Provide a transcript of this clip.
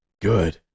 Good